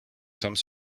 some